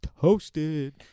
toasted